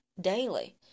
daily